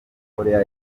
koreya